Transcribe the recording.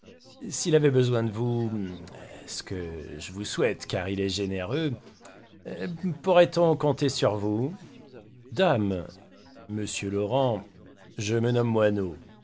s'il avait besoin de vous ce que je vous souhaite car il est généreux pourrait-on compter sur vous dame monsieur laurent je me nomme